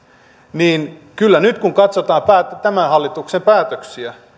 niin kyllä nyt kun katsotaan tämän hallituksen päätöksiä